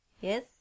Yes